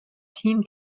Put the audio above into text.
team